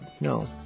no